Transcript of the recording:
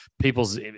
People's